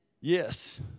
Yes